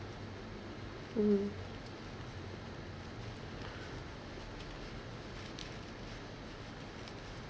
mm